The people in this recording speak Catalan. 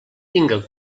tinga